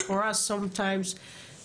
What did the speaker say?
אני יכולה להבטיח לך שאנחנו כבר נפגשנו ואני